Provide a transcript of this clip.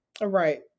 Right